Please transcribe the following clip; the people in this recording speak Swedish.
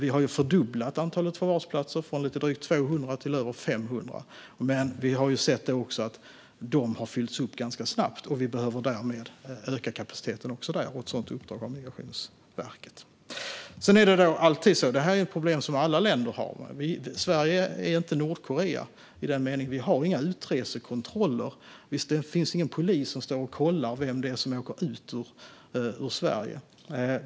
Vi har fördubblat antalet förvarsplatser från lite drygt 200 till över 500, men vi har sett att även dessa platser har fyllts upp ganska snabbt. Vi behöver därmed öka även den kapaciteten, och Migrationsverket har ett sådant uppdrag. Det här är ett problem som alla länder har. Sverige är inte Nordkorea. Vi har inga utresekontroller. Det finns ingen polis som står och kollar vem som åker ut ur Sverige.